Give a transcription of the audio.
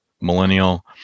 millennial